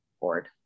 board